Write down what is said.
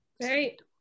Great